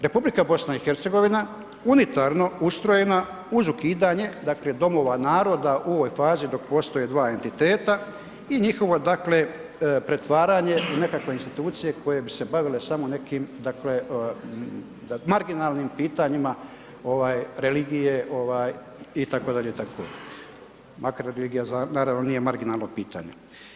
Republika BiH unitarno ustrojena uz ukidanje dakle domova naroda u ovoj fazi dok postoje dva entiteta i njihovo pretvaranje u nekakve institucije koje bi se bavile samo nekim marginalnim pitanjima religije itd., itd., makar regija naravno nije marginalno pitanje.